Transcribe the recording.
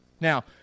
Now